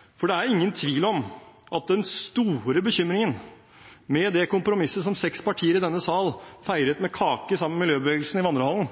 korttidshukommelse. Det er ingen tvil om at den store bekymringen med det kompromisset som seks partier i denne sal feiret med kake sammen med miljøbevegelsen i vandrehallen,